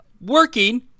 working